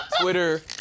Twitter